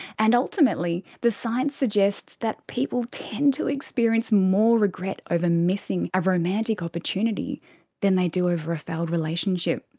and ultimately the science suggests that people tend to experience more regret over missing a romantic opportunity than they do over a failed relationship.